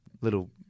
little